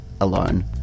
alone